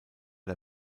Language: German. der